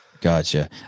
Gotcha